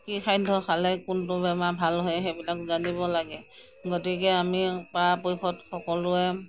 কি খাদ্য খালে কোনটো বেমাৰ ভাল হয় সেইবিলাক জানিব লাগে গতিকে আমি পৰাপক্ষত সকলোৱে